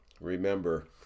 Remember